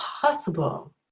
possible